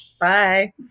Bye